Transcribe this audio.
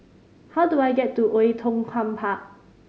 how do I get to Oei Tiong Ham Park